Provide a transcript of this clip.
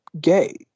gay